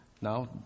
Now